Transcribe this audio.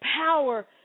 power